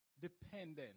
dependent